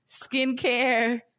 skincare